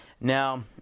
now